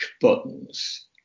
buttons